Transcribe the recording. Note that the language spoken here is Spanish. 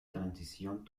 transición